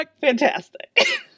fantastic